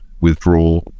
withdraw